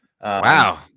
Wow